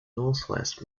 northwest